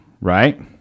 right